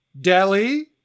Delhi